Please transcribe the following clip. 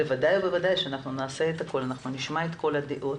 בוודאי ובוודאי שנשמע את כל הדעות,